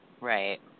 Right